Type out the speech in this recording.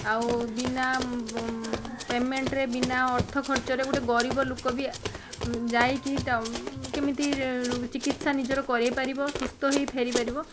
ଆଉ ବିନା ପେମେଣ୍ଟରେ ବିନା ଅର୍ଥ ଖର୍ଚ୍ଚରେ ଗୋଟେ ଗରିବ ଲୋକ ବି ଯାଇକି କେମିତି ଚିକିତ୍ସା ନିଜର କରାଇପାରିବ ସୁସ୍ଥ ହେଇ ଫେରିପାରିବ